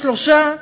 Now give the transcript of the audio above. שלושה סכינים,